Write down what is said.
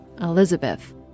Elizabeth